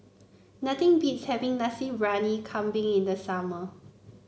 nothing beats having Nasi Briyani Kambing in the summer